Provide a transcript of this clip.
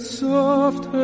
soft